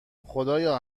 خدایا